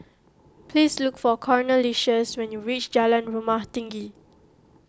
please look for Cornelious when you reach Jalan Rumah Tinggi